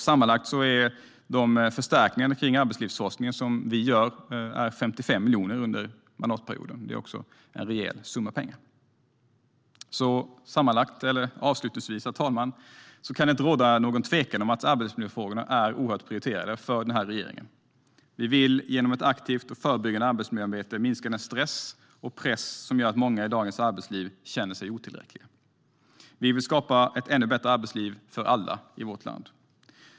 Sammanlagt uppgår våra förstärkningar av arbetslivsforskning till 55 miljoner under mandatperioden. Det är också en rejäl summa pengar. Det kan inte råda något tvivel om att arbetsmiljöfrågorna är oerhört prioriterade för regeringen. Vi vill genom ett aktivt och förebyggande arbetsmiljöarbete minska den stress och press som gör att många i dagens arbetsliv känner sig otillräckliga. Vi vill skapa ett ännu bättre arbetsliv för alla i vårt land.